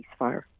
ceasefire